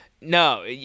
No